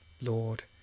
Lord